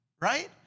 right